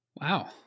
Wow